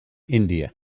india